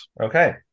Okay